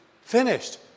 finished